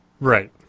Right